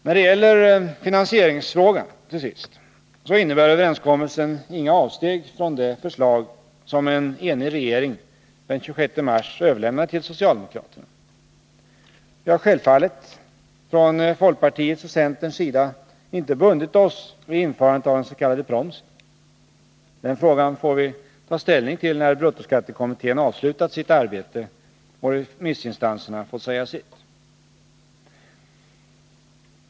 När det gäller finansieringsfrågan, till sist, så innebär överenskommelsen inga avsteg från det förslag som en enig regering den 26 mars överlämnade till socialdemokraterna. Vi har självfallet från folkpartiets och centerns sida inte bundit oss vid införandet av den s.k. promsen. Den frågan får vi ta ställning till när bruttoskattekommittén avslutat sitt arbete och remissinstanserna fått säga sitt.